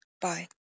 Bye